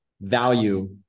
value